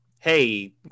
hey